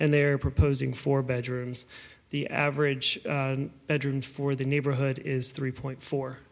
and they're proposing four bedrooms the average bedroom for the neighborhood is three point four